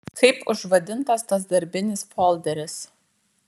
kaip užvadintas tas darbinis folderis